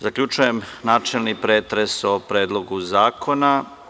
Zaključujem načelni pretres o Predlogu zakona.